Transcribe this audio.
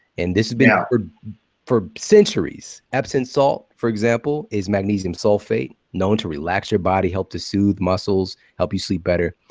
and this has been ah for for centuries. epsom salt for example is magnesium sulfate, known to relax your body. help to soothe muscles. help you sleep better.